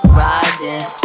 riding